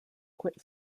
quit